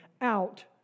out